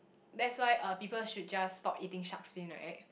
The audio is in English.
that's why uh people should just stop eating shark's fin right